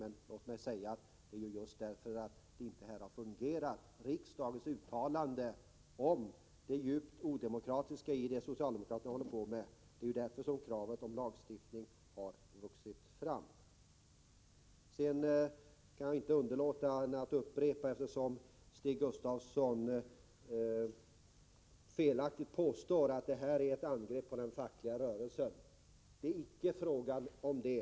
Men det är just därför att riksdagens uttalande, om det djupt odemokratiska i vad socialdemokraterna håller på med, inte har beaktats som kravet på lagstiftning vuxit fram. Eftersom Stig Gustafsson felaktigt påstår att detta är ett angrepp på den fackliga rörelsen kan jag inte underlåta att upprepa att det inte är fråga om detta.